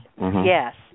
Yes